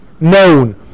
known